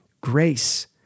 grace